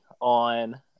on